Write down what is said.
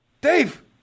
Dave